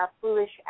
foolish